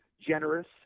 generous